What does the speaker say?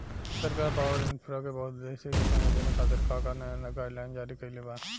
सरकार पॉवरइन्फ्रा के बहुउद्देश्यीय किसान योजना खातिर का का नया गाइडलाइन जारी कइले बा?